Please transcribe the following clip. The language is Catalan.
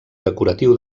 decoratiu